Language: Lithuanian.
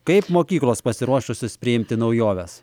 kaip mokyklos pasiruošusios priimti naujoves